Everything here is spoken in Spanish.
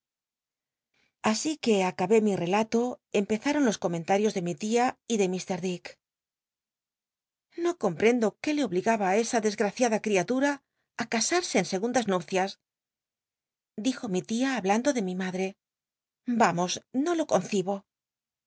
asi que acabé mi relato empezaron los comenlmios de mi tia y de mr dick no comprcndo qué le obligaba á esa desgraciada á casarse en segundas nupcias dijo mi tia hablando de mi madre r amos no lo concibo